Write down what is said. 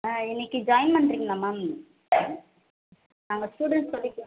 இன்றைக்கி ஜாயின் பண்ணுறீங்களா மேம் நாங்கள் ஸ்டூடண்ட் சொல்லிக்கு